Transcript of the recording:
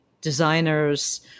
designers